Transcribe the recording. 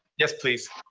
yes please.